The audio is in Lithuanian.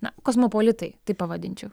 na kosmopolitai taip pavadinčiau